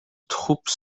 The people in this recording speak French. troupes